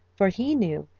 for he knew,